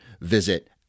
visit